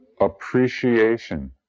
appreciation